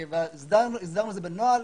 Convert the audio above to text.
- הסדרנו את זה בנוהל